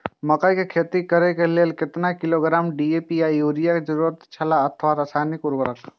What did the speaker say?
मकैय के खेती करे के लेल केतना किलोग्राम डी.ए.पी या युरिया के जरूरत छला अथवा रसायनिक उर्वरक?